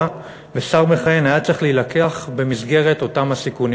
ושר מכהן היה צריך להילקח במסגרת אותם הסיכונים.